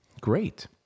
great